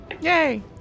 Yay